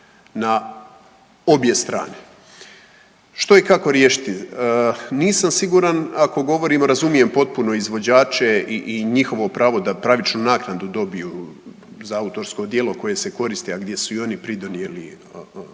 na obje strane. Što i kako riješiti? Nisam siguran ako govorimo, razumijem potpuno izvođače i njihovo pravo da pravičnu naknadu dobiju za autorsko djelo koje se koristi, a gdje su i oni pridonijeli